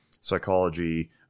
Psychology